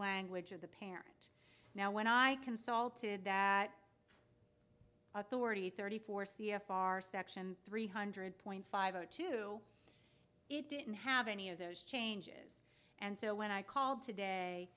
language of the past now when i consulted that authority thirty four c f r section three hundred point five zero two it didn't have any of those changes and so when i called